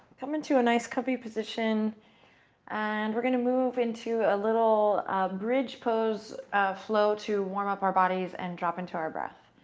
come into a nice comfy position and we're going to move into a little bridge pose flow to warm up our bodies and drop into our breath.